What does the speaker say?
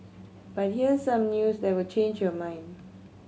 but here's some news that will change your mind